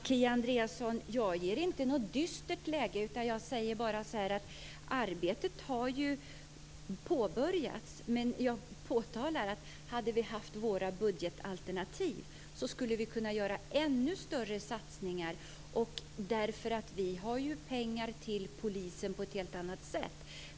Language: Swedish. Fru talman! Jag ger inte någon dyster skildring, Kia Andreasson. Jag säger bara att arbetet har påbörjats, men hade vi haft våra budgetalternativ hade vi kunnat göra ännu större satsningar. Vi har ju pengar till polisen på ett helt annat sätt.